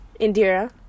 Indira